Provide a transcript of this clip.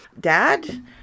Dad